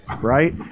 Right